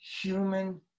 human